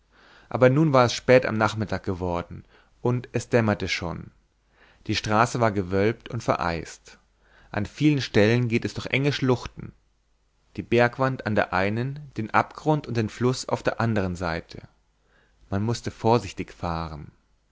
aber nun war es spät am nachmittag geworden und es dämmerte schon die straße war gewölbt und vereist an vielen stellen geht es durch enge schluchten die bergwand an der einen den abgrund und den fluß auf der andern seite man mußte vorsichtig fahren